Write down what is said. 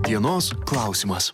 dienos klausimas